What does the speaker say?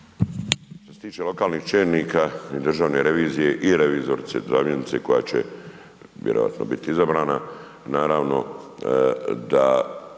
Što se tiče lokalnih čelnika i državne revizije i revizorice, zamjenice koja će vjerojatno biti izabrana, naravno da